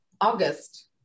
August